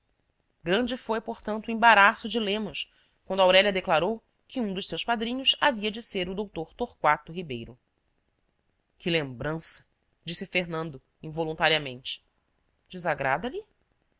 grande foi portanto o embaraço de lemos quando aurélia declarou que um dos seus padrinhos havia de ser o dr torquato ribeiro que lembrança disse fernando involuntariamente desagrada lhe na